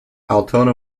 altona